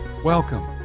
Welcome